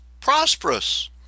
prosperous